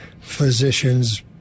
physicians